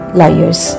Liars